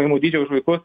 pajamų dydžio už vaikus